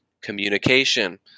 communication